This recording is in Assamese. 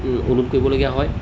অনুওধ কৰিবলগীয়া হয়